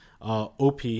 OP